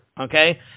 Okay